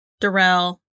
Darrell